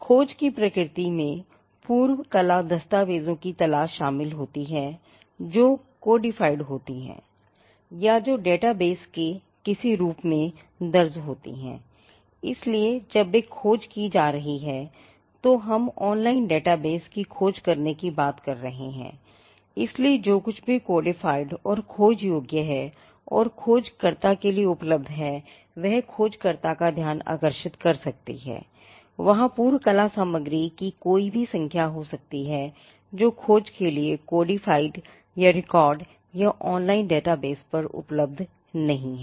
खोज की प्रकृति में पूर्व कला दस्तावेजों की तलाश शामिल है जो कोडिफ़ाईड पर उपलब्ध नहीं हैं